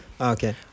okay